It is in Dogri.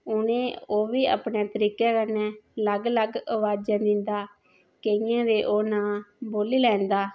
उंहे ओह् बी अपने तरिके कन्नै अलग अलग आबाजां दिंदा केईये दे ओह् नां बोल्ली लैंदा